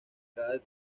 cada